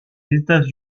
états